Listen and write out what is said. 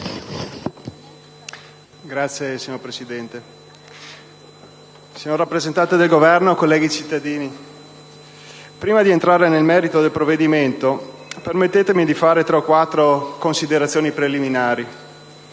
*(M5S)*. Signor Presidente, signor rappresentante del Governo, colleghi cittadini, prima di entrare nel merito del provvedimento permettetemi di fare tre o quattro considerazioni preliminari.